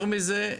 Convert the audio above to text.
יותר מזה,